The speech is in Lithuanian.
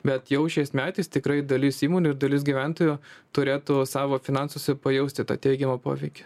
bet jau šiais metais tikrai dalis įmonių ir dalis gyventojų turėtų savo finansuose pajausti tą teigiamą poveikį